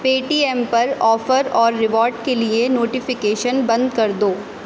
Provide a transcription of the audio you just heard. پے T M پر offer اور reward کے لیے نوٹیفیکیشن بند کر دو